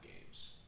games